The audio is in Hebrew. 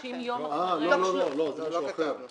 תוך 50 יום -- לא, זה משהו אחר.